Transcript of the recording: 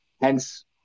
Hence